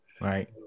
Right